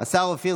השר אופיר